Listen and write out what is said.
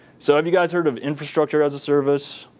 so have you guys heard of infrastructure as a service,